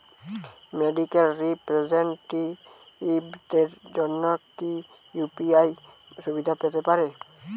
Medical রিপ্রেজন্টেটিভদের জন্য কি ইউ.পি.আই সুবিধা পেতে পারে?